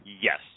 Yes